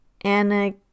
Anna